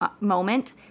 Moment